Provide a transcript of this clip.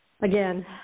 again